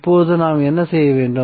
இப்போது நாம் என்ன செய்ய வேண்டும்